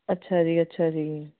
ਅੱਛਾ ਜੀ ਅੱਛਾ ਜੀ